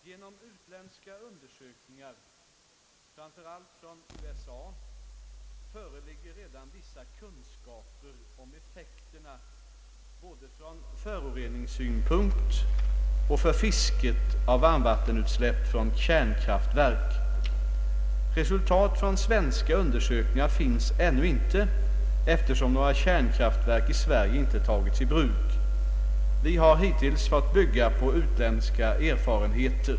Genom utländska undersökningar — framför allt från USA — föreligger redan vissa kunskaper om effekterna både ur föroreningssynpunkt och för fisket av varmvattenutsläpp från kärnkraftverk. Resultat från svenska undersökningar finns ännu inte, eftersom några kärnkraftverk i Sverige inte tagits i bruk. Vi har hittills fått bygga på utländska erfarenheter.